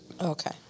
Okay